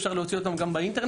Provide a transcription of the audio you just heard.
אפשר למצוא אותן גם באינטרנט.